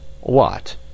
What